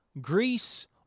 Greece